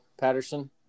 Patterson